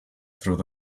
through